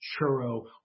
churro